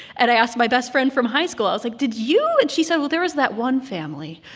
and i asked my best friend from high school i was like, did you? and she said, well, there was that one family.